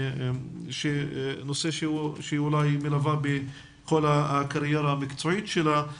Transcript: נושא שאולי היא מלווה בכל הקריירה המקצועית שלה,